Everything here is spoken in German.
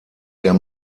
der